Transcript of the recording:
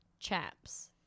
Chaps